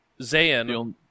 Zayn